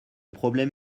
problème